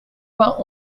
vingt